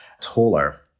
taller